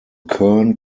kern